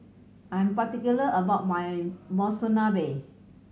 I am particular about my Monsunabe